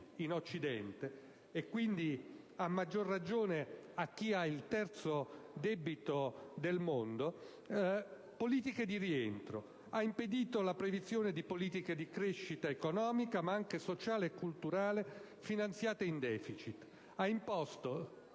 in occidente (e quindi, a maggior ragione, a chi ha il terzo debito del mondo) politiche di rientro, ha impedito la previsione di politiche di crescita economica, ma anche sociale e culturale finanziate in *deficit*, ha imposto